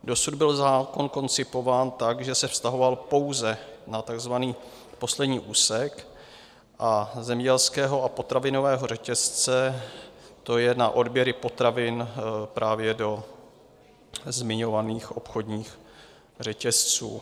Dosud byl zákon koncipován tak, že se vztahoval pouze na takzvaný poslední úsek zemědělského a potravinového řetězce, tj. na odběry potravin právě do zmiňovaných obchodních řetězců.